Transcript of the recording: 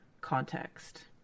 context